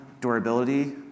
durability